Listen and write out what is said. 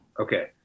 Okay